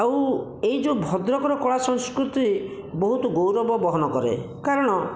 ଆଉ ଏହି ଯେଉଁ ଭଦ୍ରକର କଳା ସଂସ୍କୃତି ବହୁତ ଗୌରବ ବହନ କରେ କାରଣ